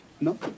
No